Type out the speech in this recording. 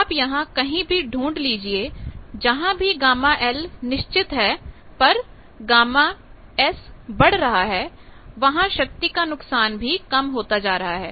आप यहां कहीं भी ढूंढ लीजिए जहां भी γL निश्चित है पर γs बढ़ रहा है वहां शक्ति का नुकसान भी कम होता जा रहा है